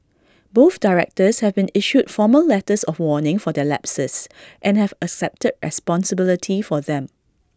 both directors have been issued formal letters of warning for their lapses and have accepted responsibility for them